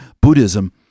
Buddhism